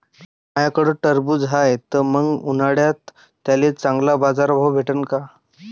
माह्याकडं टरबूज हाये त मंग उन्हाळ्यात त्याले चांगला बाजार भाव भेटन का?